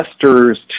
investors